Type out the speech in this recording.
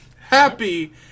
Happy